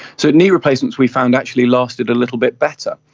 so knee replacements we found actually lasted a little bit better.